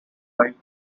pipe